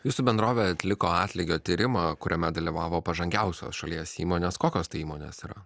jūsų bendrovė atliko atlygio tyrimą kuriame dalyvavo pažangiausios šalies įmonės kokios tai įmonės yra